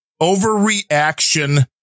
overreaction